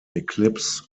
eclipse